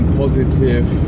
positive